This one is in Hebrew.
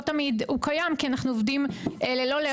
לא תמיד הוא קיים כי אנחנו עובדים ללא לאות.